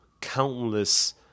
countless